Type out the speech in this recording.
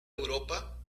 europa